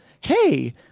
Hey